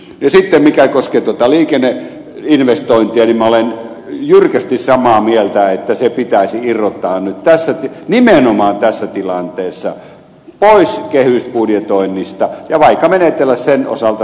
sitten mikä koskee tuota liikenneinvestointia niin minä olen jyrkästi samaa mieltä että se pitäisi irrottaa nimenomaan tässä tilanteessa kehysbudjetoinnista ja menetellä sen osalta vaikka niin kuin ed